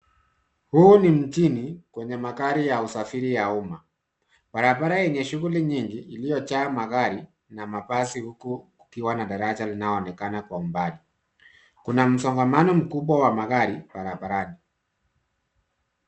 Huu ni mjini wenye magari ya usafiri wa umma. Barabara yenye shughuli nyingi iliyojaa magari na mabasi huku ikiwa na daraja linaloonekana kwa mbali. Kuna msongamano mkubwa wa magari barabarani.